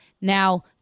Now